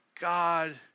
God